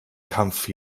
kampf